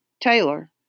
Taylor